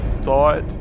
thought